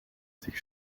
sich